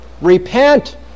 Repent